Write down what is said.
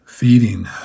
feeding